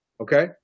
Okay